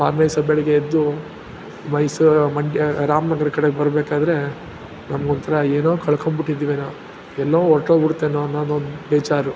ಮಾರನೇ ದಿವಸ ಬೆಳಗ್ಗೆ ಎದ್ದು ಮೈಸೂರು ಮಂಡ್ಯ ರಾಮನಗರದ್ ಕಡೆಗೆ ಬರಬೇಕಾದ್ರೆ ನಮ್ಗೊಂಥರ ಏನೋ ಕಳ್ಕೊಂಬಿಟ್ಟಿದ್ದಿವೇನೋ ಎಲ್ಲೋ ಹೊರ್ಟೋಗ್ಬಿಡ್ತೇನೋ ಅನ್ನೋದೊಂದು ಬೇಜಾರು